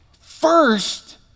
first